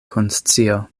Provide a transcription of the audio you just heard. konscio